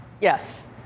Yes